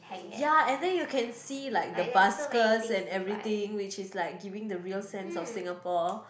ya and then you can see like the baskers and everything which is like giving the real sense of Singapore